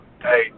Hey